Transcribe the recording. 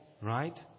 right